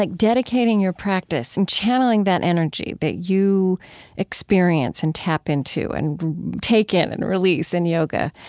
like dedicating your practice and channeling that energy that you experience and tap into and take in and release in yoga,